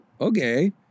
okay